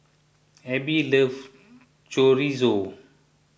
Abe love Chorizo